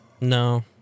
No